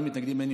אין מתנגדים,